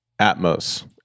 atmos